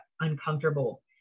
uncomfortable